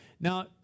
Now